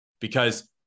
Because-